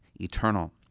eternal